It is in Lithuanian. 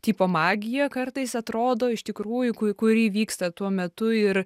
tipo magija kartais atrodo iš tikrųjų ku kuri vyksta tuo metu ir